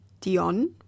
Dion